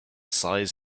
size